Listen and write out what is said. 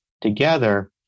together